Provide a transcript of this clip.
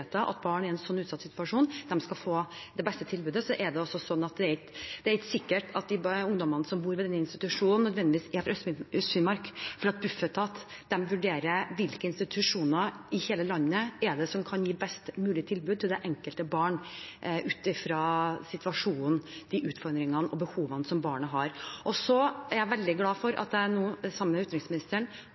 at barn i en utsatt situasjon skal få det beste tilbudet. Det er ikke sikkert at ungdommene som bor ved den institusjonen, nødvendigvis er fra Øst-Finnmark, for Bufetat vurderer hvilke institusjoner i hele landet som kan gi det best mulige tilbudet til det enkelte barn ut fra situasjonen og de utfordringene og behovene som barnet har. Jeg er veldig glad for at jeg sammen med utenriksministeren